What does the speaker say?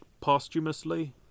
posthumously